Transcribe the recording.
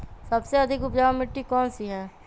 सबसे अधिक उपजाऊ मिट्टी कौन सी हैं?